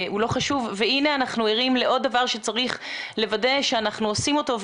לא חשוב והנה אנחנו ערים לעוד דבר שצריך לוודא שאנחנו עושים אותו.